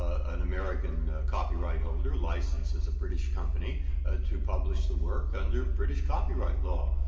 ah an american copyright holder licenses a british company ah to publish the work under british copyright law.